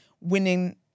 winning